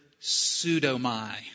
pseudomai